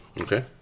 Okay